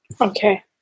Okay